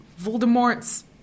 Voldemort's